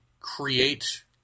create